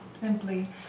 simply